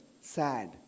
sad